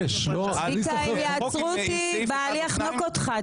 צביקה, אם יעצרו אותי, בעלי יחנוק אותך.